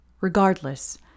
Regardless